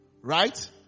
Right